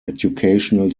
educational